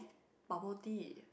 bubble tea